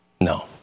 No